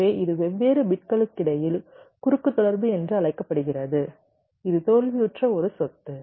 எனவே இது வெவ்வேறு பிட்களுக்கிடையில் குறுக்கு தொடர்பு என்று அழைக்கப்படுகிறது இது தோல்வியுற்ற ஒரு சொத்து